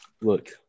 Look